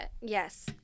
yes